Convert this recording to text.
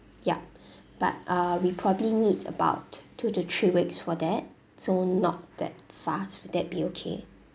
ya but uh we probably need about tw~ two to three weeks for that so not that fast would that be okay